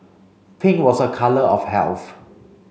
pink was a colour of health